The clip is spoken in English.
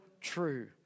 true